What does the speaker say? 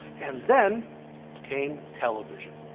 and then came television.